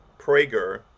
Prager